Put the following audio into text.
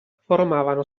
formavano